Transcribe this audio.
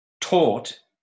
taught